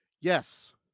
Yes